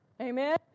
Amen